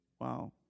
Wow